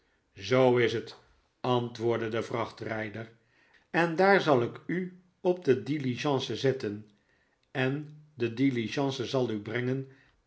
zoo is het antwoordde de vrachtrijder en daar zal ik u op de diligence zetten en de diligence zal u brengen